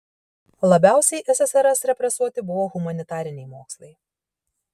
labiausiai ssrs represuoti buvo humanitariniai mokslai